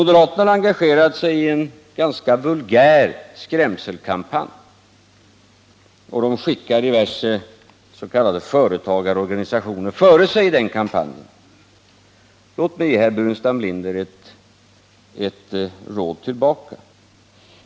De har engagerat sig i en ganska vulgär skrämselkampanj och skickar diverse s.k. företagareorganisationer före sig i den kampanjen. Låt mig ge herr Burenstam Linder eu råd tillbaka.